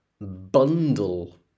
Bundle